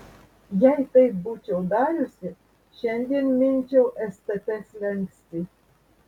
jei taip būčiau dariusi šiandien minčiau stt slenkstį